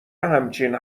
همچین